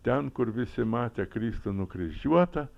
ten kur visi matė kristų nukryžiuotą